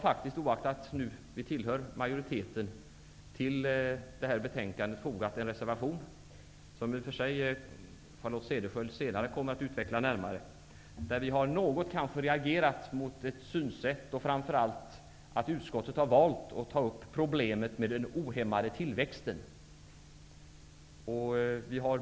Oaktat att vi tillhör utskottsmajoriteten har vi till det här betänkandet fogat en reservation, som Charlotte Cederschiöld senare kommer att gå närmare in på. Vi har regagerat mot synsättet på den ohämmade tillväxten och framför allt att utskottet har valt att ta upp det problemet.